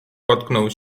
potknął